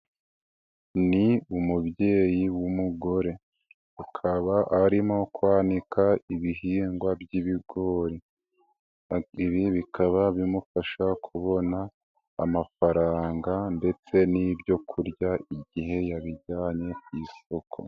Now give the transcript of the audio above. Ni umubyeyi w'umugore. Akaba arimo kwanika ibihingwa by'ibigori .Ibi bikaba bimufasha kubona, amafaranga ndetse n'ibyo kurya igihe yabijyanye ku isoko.